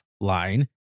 line